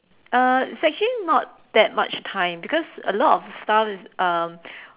uh it's actually not that much time because a lot of stuff is um